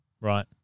Right